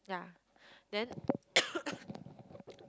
yeah then like they